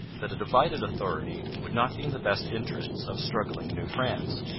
that a divided authority would not be in the best interests of struggling new france.